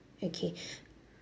okay